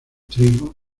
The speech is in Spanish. trigo